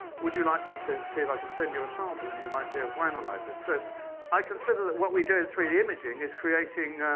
would you like me to see if i can send you a sample, and you might be able to analyze it? so i consider that what we do in three d imaging is creating